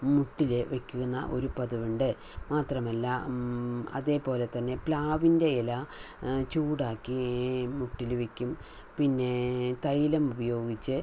മുട്ടിൽ വയ്ക്കുന്ന ഒരു പതിവുണ്ട് മാത്രമല്ല അതുപോലെ തന്നെ പ്ലാവിൻ്റെ ഇല ചൂടാക്കി മുട്ടിൽ വയ്ക്കും പിന്നെ തൈലം ഉപയോഗിച്ച്